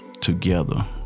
together